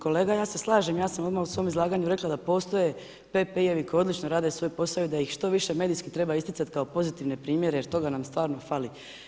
Kolega ja se slažem, ja sam odmah u svom izlaganju rekla da postoje PPI-vi koji odlično rade svoj posao i da ih što više medijski treba isticati kao pozitivne primjere jer toga nam stvarno fali.